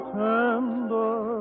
tender